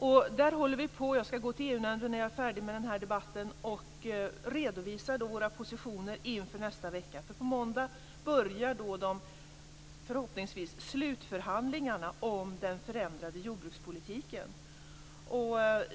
Jag skall när jag är färdig med den här debatten gå över till EU-nämnden och redovisa våra positioner i EU inför nästa vecka. På måndag börjar det som förhoppningsvis är slutförhandlingarna om den förändrade jordbrukspolitiken.